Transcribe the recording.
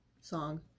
song